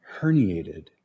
herniated